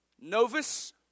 Novus